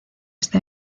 está